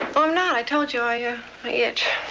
i'm not. i told you. i, ah, i itch.